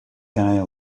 guy